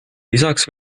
lisaks